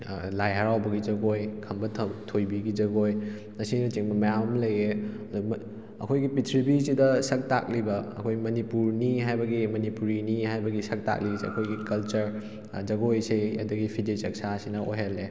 ꯂꯥꯏ ꯍꯔꯥꯎꯕꯒꯤ ꯖꯒꯣꯏ ꯈꯝꯕ ꯊꯣꯏꯕꯤꯒꯤ ꯖꯒꯣꯏ ꯑꯁꯤꯅ ꯆꯤꯡꯕ ꯃꯌꯥꯝ ꯑꯃ ꯂꯩꯌꯦ ꯑꯩꯈꯣꯏꯒꯤ ꯄꯤꯊ꯭ꯔꯤꯕꯤꯁꯤꯗ ꯁꯛꯇꯥꯛꯂꯤꯕ ꯑꯩꯈꯣꯏ ꯃꯅꯤꯄꯨꯔꯅꯤ ꯍꯥꯏꯕꯒꯤ ꯃꯅꯤꯄꯨꯔꯤꯅꯤ ꯍꯥꯏꯕꯒꯤ ꯁꯛ ꯇꯥꯛꯂꯤꯁꯦ ꯑꯩꯈꯣꯏꯒꯤ ꯀꯜꯆꯔ ꯖꯒꯣꯏ ꯏꯁꯩ ꯑꯗꯨꯗꯒꯤ ꯐꯤꯖꯦꯠ ꯆꯛꯆꯥ ꯑꯁꯤꯅ ꯑꯣꯏꯍꯜꯂꯦ